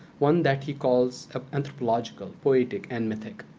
one that he calls ah anthropological, poetic, and mythic.